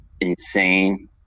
insane